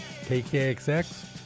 KKXX